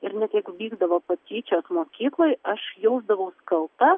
ir net jeigu vykdavo patyčios mokykloj aš jausdavaus kalta